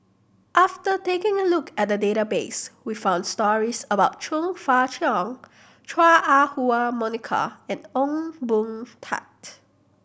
after taking a look at the database we found stories about Chong Fah Cheong Chua Ah Huwa Monica and Ong Boon Tat